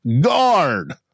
guard